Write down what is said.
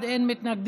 (הרחבת זכויות נפגעי עבירה),